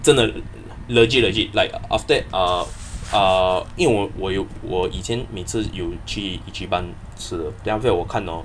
真的 legit legit like after that err err 因为我我有我以前每次有去 ichiban 吃的 then after that 我看 hor